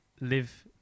live